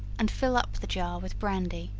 and fill up the jar with brandy.